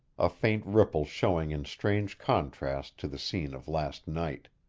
a faint ripple showing in strange contrast to the scene of last night.